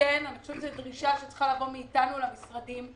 אני חושב שצריכה לבוא מאתנו דרישה למשרדים,